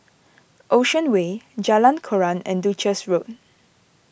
Ocean Way Jalan Koran and Duchess Road